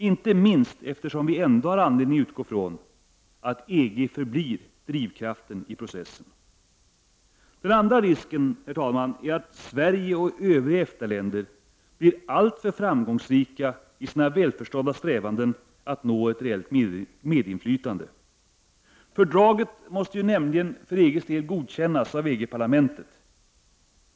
Inte minst eftersom vi ändå har anledning utgå från att EG förblir drivkraften i processen. Herr talman! Den andra risken är att Sverige och övriga EFTA-länder blir alltför framgångsrika i sina välförstådda strävanden att nå ett reellt medinflytande. Fördraget måste ju nämligen för EG:s del godkännas av EG-parlamentet.